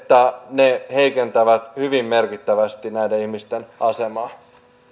ne heikentävät hyvin merkittävästi näiden ihmisten asemaa